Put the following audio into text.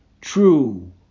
true